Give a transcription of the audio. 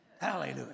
Hallelujah